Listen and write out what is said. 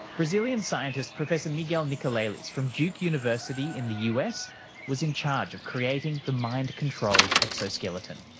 brazilian scientist professor miguel nicolelis from duke university in the us was in charge of creating the mind-controlled exoskeleton.